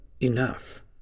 enough